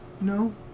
No